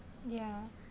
ya